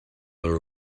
will